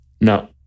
No